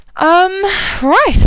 right